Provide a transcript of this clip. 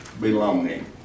belonging